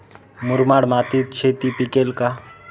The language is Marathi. मुरमाड मातीत शेती पिकेल का?